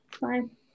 Fine